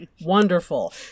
Wonderful